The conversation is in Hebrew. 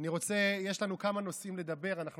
יש לנו כמה נושאים לדבר עליהם,